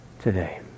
today